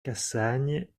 cassagnes